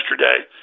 yesterday